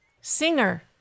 Singer